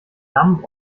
lamm